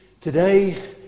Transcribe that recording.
today